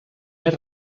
més